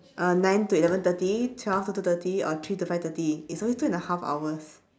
uh nine to eleven thirty twelve to two thirty or three to five thirty is only two and a half hours